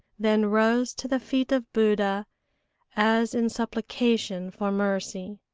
then rose to the feet of buddha as in supplication for mercy,